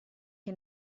che